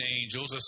angels